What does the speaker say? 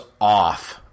off